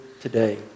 today